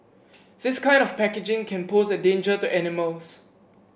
this kind of packaging can pose a danger to animals